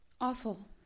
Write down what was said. Awful